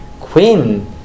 Queen